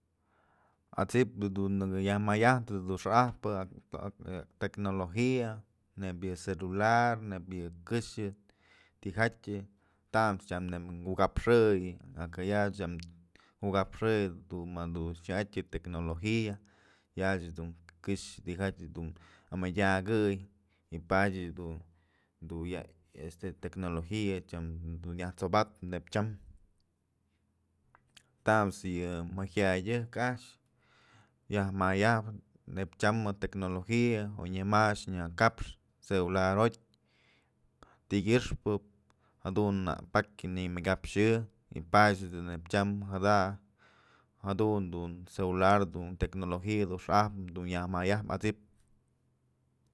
At'sip dun nëkë yaj mayajtëm yëdun xa'ajpë pë ak tecnologia neyb yë celulay, neyb yë këxë tyjatyë tamës neyb tyam kukapxëy aka yach tyam kukapxëy madun xa'atyën tecnologia yach dun këxë tyjatyë dun amadyakëy y padyë dun du ya este tecnologia tyam du nyaj sobatën neyn chyam tamës yë maj jaya'a dyëj a'ax neyb chamën tecnologia oy nyë majë a'ax dun nyë kapxë celular jotyë tykyëxpë jadun nak pakyë nimyëkapxyë y padyë dun neyb tyam jada jadun dun celular tecnologya xa'ajpë yaj mayap at'sip.